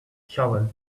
shovel